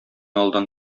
алдан